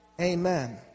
Amen